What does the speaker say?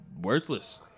Worthless